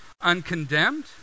uncondemned